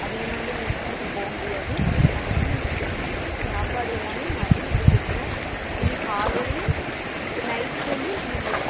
அதிகமாக வந்து நீங்கள் வீட்டுக்கு போக முடியாது அதை வந்து நீங்கள் கேட்டுக்கிட்டு சாப்பாடு எல்லாமே மதியம் இங்கே கொடுத்துருவோம் இங்கே காலையிலையும் நைட்டுக்கும் வந்து நீங்கள்